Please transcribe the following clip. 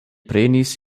prenis